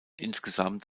insgesamt